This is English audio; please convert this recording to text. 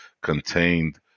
contained